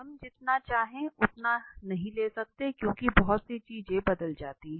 हम जितना समय चाहे उतना नहीं ले सकते क्योंकि बहुत सी चीजें बदल जाती हैं